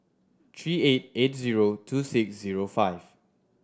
three eight eight zero two six zero five